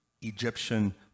Egyptian